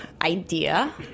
idea